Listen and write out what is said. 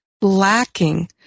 lacking